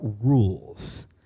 rules